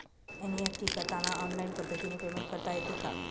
NEFT करताना online पद्धतीने payment करता येते का?